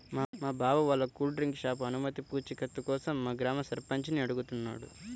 మా బావ వాళ్ళ కూల్ డ్రింక్ షాపు అనుమతి పూచీకత్తు కోసం మా గ్రామ సర్పంచిని అడుగుతున్నాడు